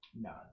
No